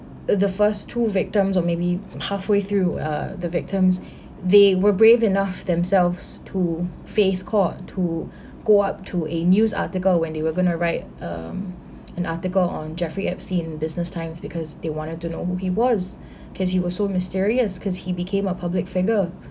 of the first two victims of maybe halfway through uh the victims they were brave enough themselves to face court to go up to a news article when they were going to write an article on jeffrey epstein in business times because they wanted to know who he was cause he was so mysterious cause he became a public figure